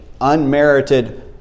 unmerited